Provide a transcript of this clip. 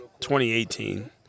2018